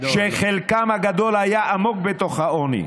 שחלקם הגדול היה עמוק בתוך העוני,